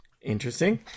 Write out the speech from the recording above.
Interesting